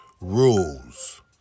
Rules